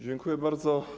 Dziękuję bardzo.